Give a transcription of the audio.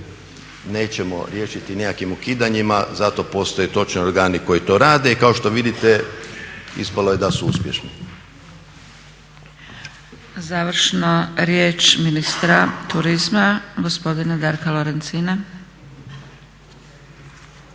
nećemo riješiti nikakvim ukidanjima, za to postoje točno organi koji to rade i kao što vidite ispalo je da su uspješni. **Zgrebec, Dragica (SDP)** Završna riječ ministra turizma gospodina Darka Lorencina.